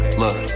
look